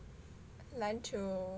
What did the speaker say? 篮球